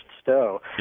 Stowe